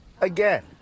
again